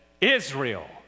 Israel